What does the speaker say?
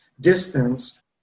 distance